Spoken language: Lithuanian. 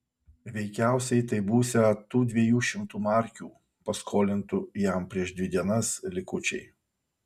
veikiausiai tai būsią tų dviejų šimtų markių paskolintų jam prieš dvi dienas likučiai